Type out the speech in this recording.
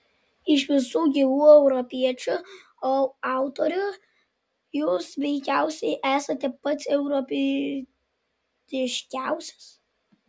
iš visų gyvų europiečių autorių jūs veikiausiai esate pats europietiškiausias